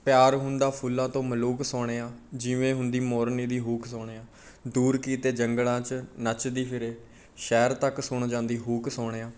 ਪਿਆਰ ਹੁੰਦਾ ਫੁੱਲਾਂ ਤੋਂ ਮਲੂਕ ਸੋਹਣਿਆ ਜਿਵੇਂ ਹੁੰਦੀ ਮੋਰਨੀ ਦੀ ਹੂਕ ਸੋਣਿਆ ਦੂਰ ਕਿਤੇ ਜੰਗਲਾਂ 'ਚ ਨੱਚਦੀ ਫਿਰੇ ਸ਼ਹਿਰ ਤੱਕ ਸੁਣ ਜਾਂਦੀ ਹੂਕ ਸੋਹਣਿਆ